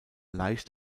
leicht